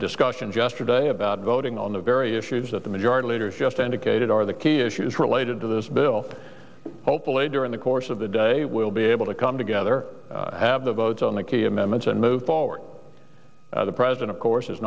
discussions yesterday about voting on the very issues that the majority leader just and akkad are the key issues related to this bill hopefully during the course of the day we'll be able to come together have the votes on the key amendments and move forward the president of course i